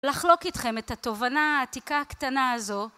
לחלוק איתכם את התובנה העתיקה הקטנה הזו